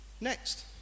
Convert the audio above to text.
next